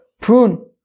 prune